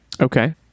Okay